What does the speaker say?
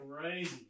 Crazy